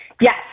Yes